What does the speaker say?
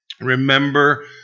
Remember